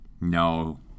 No